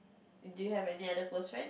do you have any other close friend